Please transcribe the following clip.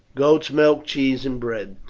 goat's milk, cheese, and bread.